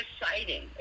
exciting